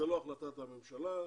זו לא החלטת הממשלה,